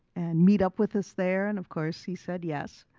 and meet up with us there? and of course, he said yes.